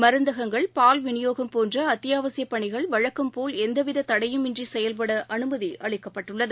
மருந்தகங்கள் பால் விநியோகம் போன்றஅத்தியாவசியப் பணிகள் வழக்கம்போல் எந்தவிததடையும் இன்றிசெயல்படஅனுமதிஅளிக்கப்பட்டுள்ளது